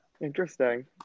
interesting